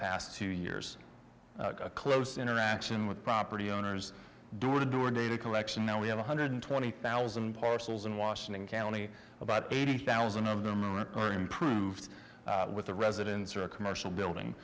past two years close interaction with property owners door to door data collection now we have one hundred twenty thousand parcels in washington county about eighty thousand of them are improved with a residence or commercial building